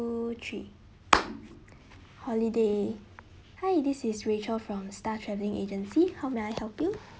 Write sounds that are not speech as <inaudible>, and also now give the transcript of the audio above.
two three <noise> holiday hi this is rachel from star travelling agency how may I help you